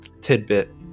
tidbit